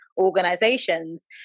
organizations